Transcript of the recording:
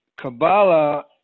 Kabbalah